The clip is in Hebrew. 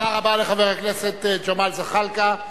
תודה רבה לחבר הכנסת ג'מאל זחאלקה.